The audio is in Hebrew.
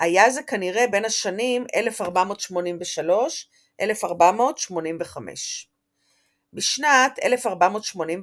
היה זה כנראה בין השנים 1483–1485. בשנת 1485,